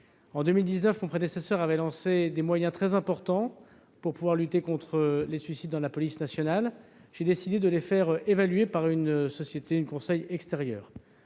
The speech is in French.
En 2019, mon prédécesseur avait mobilisé des moyens très importants pour pouvoir lutter contre les suicides dans la police nationale. J'ai décidé de les faire évaluer par une société de conseil extérieure.